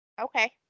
Okay